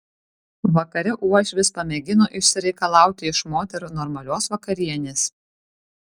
vakare uošvis pamėgino išsireikalauti iš moterų normalios vakarienės